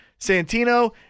Santino